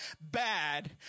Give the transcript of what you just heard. bad